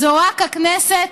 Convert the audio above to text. זה רק הכנסת,